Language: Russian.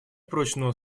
прочного